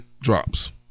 drops